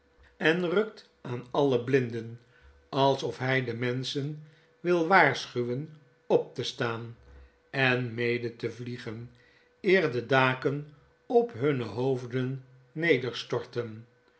en rukt aan alle blinden alsof hfl de menschen wil waarschuwen op te staan en mede te vliegen eer de daken op hunne hoofden